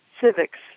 civics